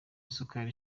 isukari